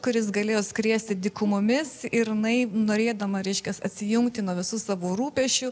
kuris galėjo skrieti dykumomis ir jinai norėdama reiškias atsijungti nuo visų savo rūpesčių